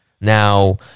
Now